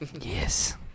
Yes